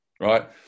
right